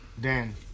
Dan